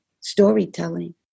storytelling